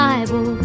Bible